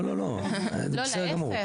לא, לא, לא, זה בסדר גמור.